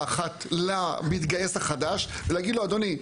אחת למתגייס החדש ולהגיד לו 'אדוני,